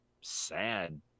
sad